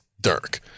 Dirk